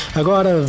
agora